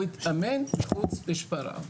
הוא התאמן מחוץ לשפרעם.